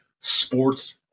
sports